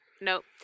nope